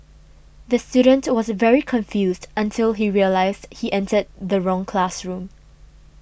the student was very confused until he realised he entered the wrong classroom